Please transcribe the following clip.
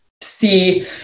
see